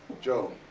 joe,